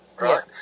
right